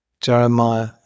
Jeremiah